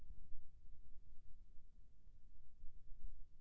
मै ह अपन एफ.डी ला अब बंद करवाना चाहथों